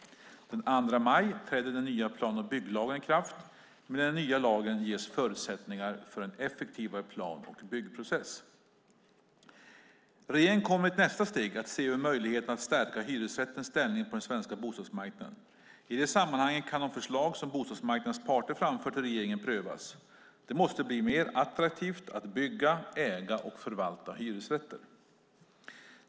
Den 2 maj träder den nya plan och bygglagen i kraft. Med den nya lagen ges förutsättningar för en effektivare plan och byggprocess. Regeringen kommer i ett nästa steg att se över möjligheterna att stärka hyresrättens ställning på den svenska bostadsmarknaden. I det sammanhanget kan de förslag som bostadsmarknadens parter framfört till regeringen prövas. Det måste bli mer attraktivt att bygga, äga och förvalta hyresrätter.